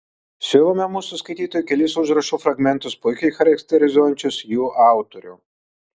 siūlome mūsų skaitytojui kelis užrašų fragmentus puikiai charakterizuojančius jų autorių